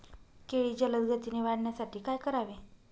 केळी जलदगतीने वाढण्यासाठी काय करावे?